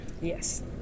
Yes